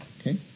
okay